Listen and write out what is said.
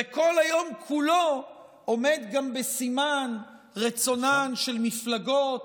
וכל היום כולו עומד גם בסימן רצונן של המפלגות